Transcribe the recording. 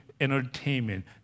entertainment